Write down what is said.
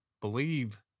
believe